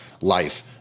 life